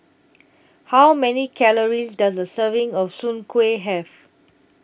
How Many Calories Does A Serving of Soon Kueh Have